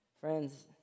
Friends